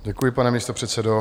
Děkuji, pane místopředsedo.